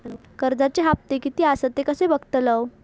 कर्जच्या हप्ते किती आसत ते कसे बगतलव?